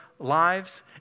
lives